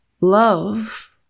love